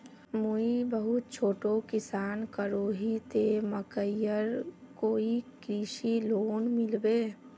मुई बहुत छोटो किसान करोही ते मकईर कोई कृषि लोन मिलबे?